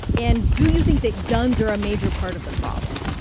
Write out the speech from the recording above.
and do you think that guns are a major part of the problem?